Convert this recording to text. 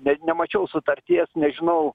bet nemačiau sutarties nežinau